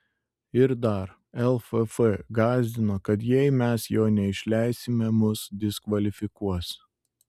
ir dar lff gąsdino kad jei mes jo neišleisime mus diskvalifikuos